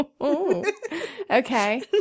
Okay